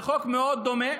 זה חוק מאוד דומה.